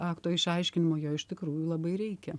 akto išaiškinimo jo iš tikrųjų labai reikia